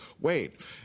Wait